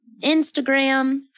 Instagram